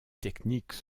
techniques